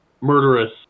murderous